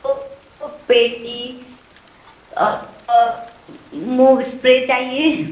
दो दो पेटी मूव स्प्रे चाहिए